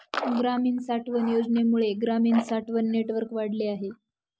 ग्रामीण साठवण योजनेमुळे ग्रामीण साठवण नेटवर्क वाढले आहे